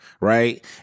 Right